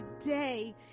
today